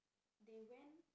they went